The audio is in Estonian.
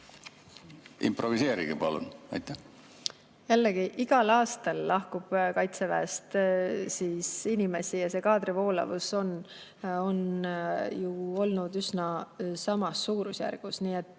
Improviseerige, palun! Jällegi: igal aastal lahkub kaitseväest inimesi ja see kaadri voolavus on ju olnud üsna samas suurusjärgus.